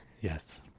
Yes